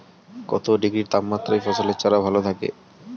কত ডিগ্রি তাপমাত্রায় ফসলের চারা ভালো থাকে?